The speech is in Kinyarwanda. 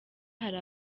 hari